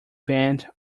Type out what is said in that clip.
band